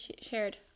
shared